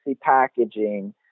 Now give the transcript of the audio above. packaging